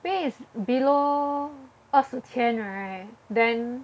pay is below 二十千 right then